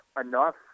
enough